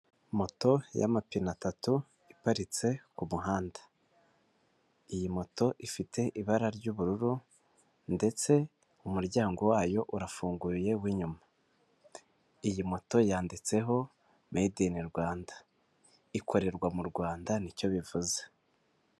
Moto y'amapine atatu iparitse ku muhanda, iyi moto ifite ibara ry'ubururu ndetse umuryango wayo urafunguye w'inyuma, in iyi moto yanditseho made Rwanda ikorerwa mu rwanda nicyo bivuze.